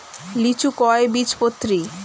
লিচু কয় বীজপত্রী?